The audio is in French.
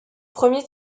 premier